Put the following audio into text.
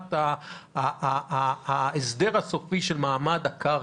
לשאלת ההסדר הסופי של מעמד הקרקע.